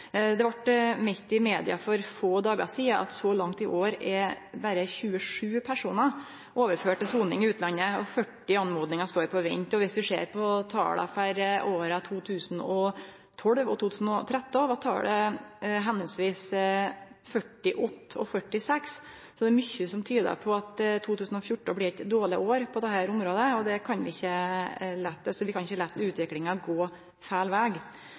så langt i år er berre 27 personar overførte til soning i utlandet, og 40 førespurnader står på vent. Dersom ein ser på tala for åra 2012 og 2013, var dei respektive 48 og 46, så det er mykje som tyder på at 2014 blir eit dårleg år på dette området, og vi kan ikkje